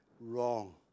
wrong